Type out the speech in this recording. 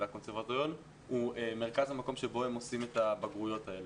והקונסרבטוריון הוא מרכז המקום שבו הם עושים את הבגרויות האלה.